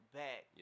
back